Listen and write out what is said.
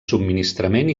subministrament